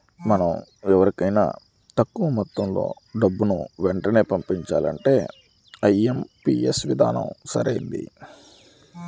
మనం వేరెవరికైనా తక్కువ మొత్తంలో డబ్బుని వెంటనే పంపించాలంటే ఐ.ఎం.పీ.యస్ విధానం సరైనది